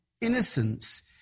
innocence